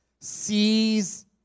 sees